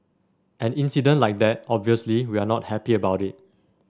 an incident like that obviously we are not happy about it